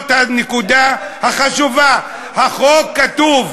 מאיפה אתה מביא את השטויות